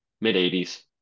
mid-80s